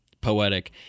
Poetic